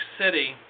City